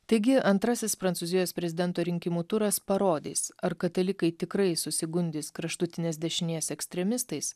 taigi antrasis prancūzijos prezidento rinkimų turas parodys ar katalikai tikrai susigundys kraštutinės dešinės ekstremistais